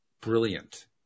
brilliant